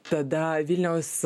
tada vilniaus